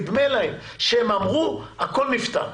נדמה להם שהם אמרו: הכול נפתר.